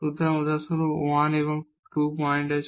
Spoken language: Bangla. সুতরাং উদাহরণস্বরূপ 1 এবং 2 পয়েন্ট আছে